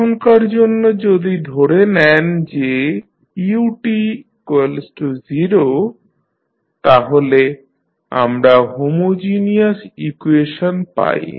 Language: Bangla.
এখনকার জন্য যদি ধরে নেন যে ut0 তাহলে আমরা হোমোজিনিয়াস ইকুয়েশন পাই